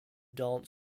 dance